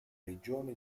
regione